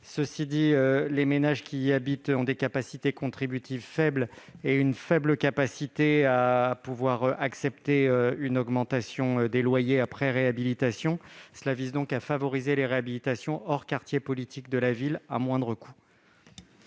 Cependant, les ménages qui y habitent ont des capacités contributives limitées et une faible capacité à pouvoir accepter une augmentation des loyers après leur réhabilitation. Il s'agit de favoriser les réhabilitations hors quartiers politique de la ville à moindre coût.